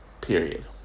Period